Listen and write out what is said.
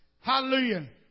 Hallelujah